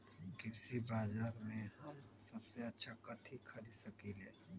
कृषि बाजर में हम सबसे अच्छा कथि खरीद सकींले?